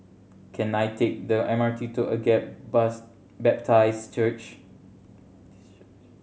can I take the M R T to Agape Baptist Church